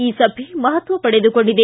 ಈ ಸಭೆ ಮಹತ್ವ ಪಡೆದುಕೊಂಡಿದೆ